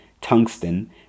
tungsten